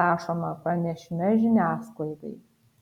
rašoma pranešime žiniasklaidai